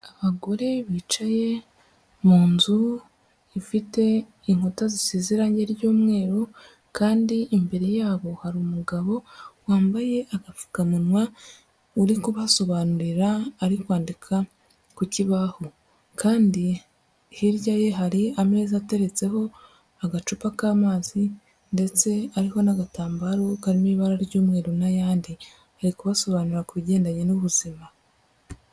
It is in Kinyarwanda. Abagore bicaye mu nzu ifite inkuta zisize irangi ry'umweru kandi imbere yabo hari umugabo wambaye agapfukamuwa uri kubasobanurira, ari kwandika ku kibaho kandi hirya ye hari ameza ateretseho agacupa k'amazi ndetse ariho n'agatambaro karimo ibara ry'umweru n'ayandi. Ari kubasobanurira ku bigendanye n'ubuzima.